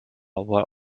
were